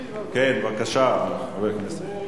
בבקשה, חבר הכנסת.